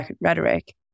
rhetoric